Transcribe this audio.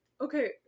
Okay